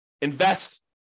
invest